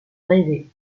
rêver